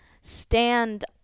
stand